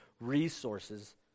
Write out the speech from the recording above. resources